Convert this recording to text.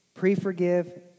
pre-forgive